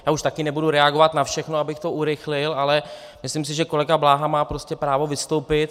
Já už také nebudu reagovat na všechno, abych to urychlil, ale myslím si, že kolega Bláha má prostě právo vystoupit.